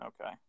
Okay